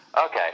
okay